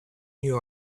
you